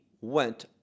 went